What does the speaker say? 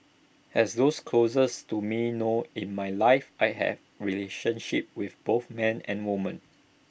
as those closest to me know in my life I have relationships with both men and woman